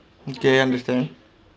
okay understand